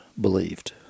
believed